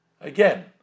Again